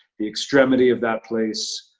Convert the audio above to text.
the extremity of that place,